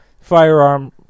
firearm